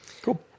Cool